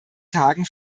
tagen